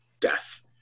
death